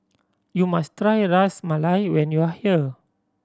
you must try Ras Malai when you are here